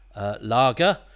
lager